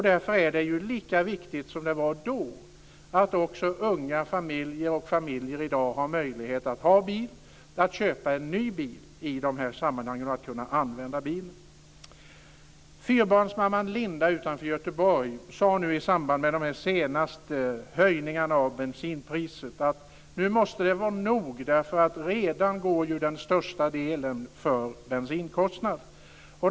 Därför är det lika viktigt som det var då att familjer, också unga familjer, i dag har möjlighet att ha bil, att köpa en ny bil och att kunna använda bilen. Nu måste det vara nog. Redan går ju den största delen av pengarna till bensinkostnaden.